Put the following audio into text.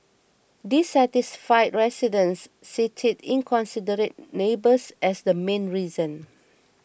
dissatisfied residents cited inconsiderate neighbours as the main reason